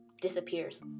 disappears